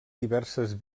diverses